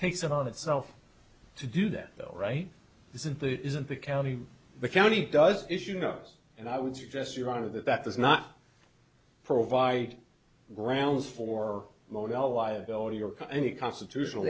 takes it on itself to do that the right isn't that it isn't the county the county does issue knows and i would suggest your honor that that does not provide grounds for motel liability or any constitutional